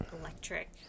electric